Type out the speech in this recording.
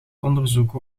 onderzoeken